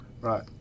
Right